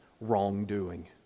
wrongdoing